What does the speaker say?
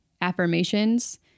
affirmations